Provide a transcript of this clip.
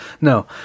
No